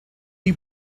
you